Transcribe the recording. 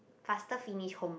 faster finish homework